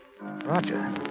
Roger